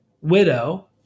widow